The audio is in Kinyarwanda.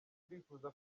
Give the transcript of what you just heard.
turifuza